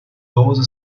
those